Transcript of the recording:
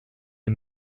les